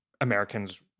Americans